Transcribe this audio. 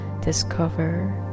discover